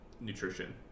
nutrition